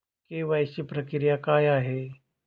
KYC प्रक्रिया काय आहे?